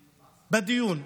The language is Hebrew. בדיון.